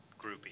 groupie